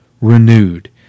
renewed